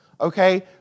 Okay